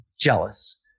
jealous